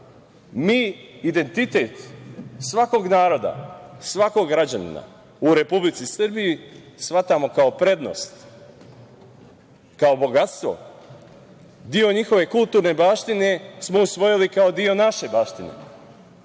Mi identitet svakog naroda, svakog građanina u Republici Srbiji shvatamo kao prednost, kao bogatstvo. Deo njihove kulturne baštine smo usvojili kao deo naše baštine,